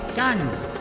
guns